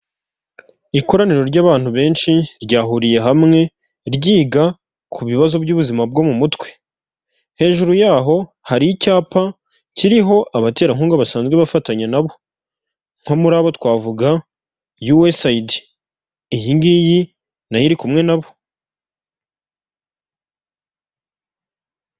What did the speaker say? Ikoraniro ry'abantu benshi ryahuriye hamwe ryiga ku bibazo by'ubuzima bwo mu mutwe, hejuru yaho hari icyapa kiriho abaterankunga basanzwe bafatanya na bo nko muri abo twavuga USAID, iyi ngiyi nayo iri kumwe na bo.